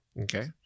Okay